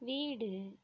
வீடு